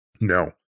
no